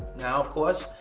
now, of course,